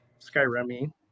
Skyrim